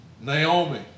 Naomi